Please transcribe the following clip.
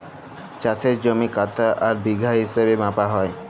চাষের জমি কাঠা আর বিঘা হিছাবে মাপা হ্যয়